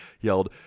yelled